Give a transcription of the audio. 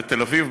בתל-אביב,